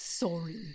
sorry